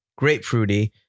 grapefruity